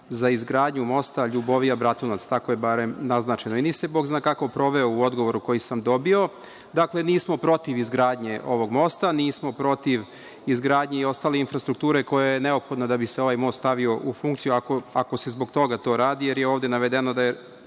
za izgradnju mosta LJubovija – Bratunac, tako je barem naznačeno, i nisam se bog zna kako proveo u odgovoru koji sam dobio. Dakle, nismo protiv izgradnje ovog mosta, nismo protiv izgradnje ostale infrastrukture koja je potrebna da bi se ovaj most stavio u funkciju, ako se zbog toga to radi, jer je ovde navedeno